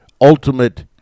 ultimate